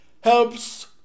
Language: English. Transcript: helps